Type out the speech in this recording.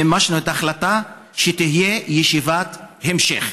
האם מימשנו את ההחלטה שתהיה ישיבת המשך?